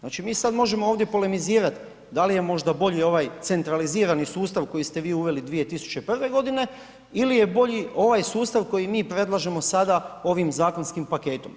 Znači mi sad možemo ovdje polemizirati da li je možda bolji ovaj centralizirani sustav koji ste vi uveli 2001. g. ili je bolji ovaj sustav koji mi predlažemo sada ovim zakonskim paketom.